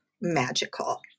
magical